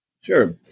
Sure